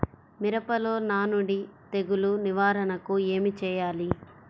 మిరపలో నానుడి తెగులు నివారణకు ఏమి చేయాలి?